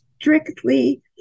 strictly